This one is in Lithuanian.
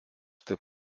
taip